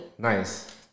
Nice